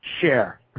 share